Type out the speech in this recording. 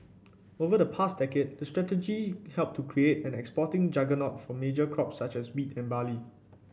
over the past decade that strategy helped to create an exporting juggernaut for major crops such as wheat and barley